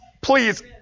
please